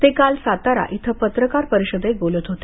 ते काल सातारा इथं पत्रकार परिषदेत बोलत होते